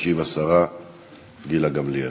תשיב השרה גילה גמליאל.